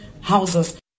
houses